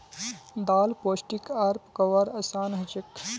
दाल पोष्टिक आर पकव्वार असान हछेक